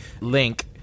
link